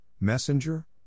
Messenger